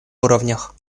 уровнях